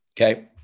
Okay